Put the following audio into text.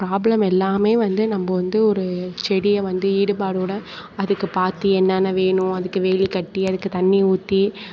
problem எல்லாம் வந்து நம்ம வந்து ஒரு செடியை வந்து ஈடுபாடோடு அதுக்கு பார்த்து என்னன்ன வேணும் அதுக்கு வேலி கட்டி அதுக்கு தண்ணிர் ஊற்றி